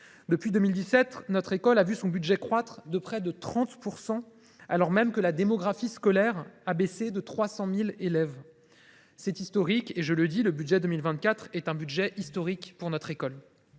Depuis 2017, notre école a vu son budget croître de près de 30 % alors même que la démographie scolaire a baissé de 300 000 élèves. C’est historique. Le budget pour 2024 est un budget historique pour notre école.